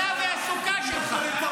אתה והסוכה שלך.